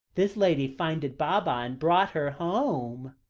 this lady finded baba, and brought her home.